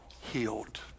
healed